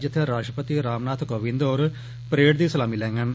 जित्थै राश्ट्रपति रामनाथ कोविंद होर परेड दी सलामी लैडन